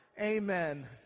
Amen